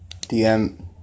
DM